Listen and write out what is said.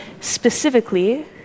Specifically